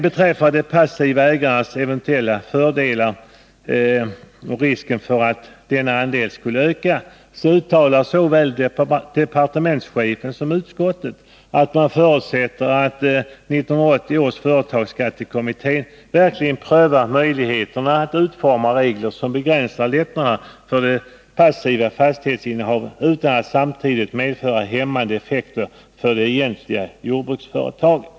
Beträffande de passiva ägarnas eventuella fördelar eller risken för att andelen passiva ägare skulle öka uttalar såväl departementschefen som utskottet att man förutsätter att 1980 års företagsskattekommitté verkligen prövar möjligheterna att utforma regler som begränsar lättnaderna vid de passiva fastighetsinnehaven utan att samtidigt medföra hämmande effekter för de egentliga jordbruksföretagen.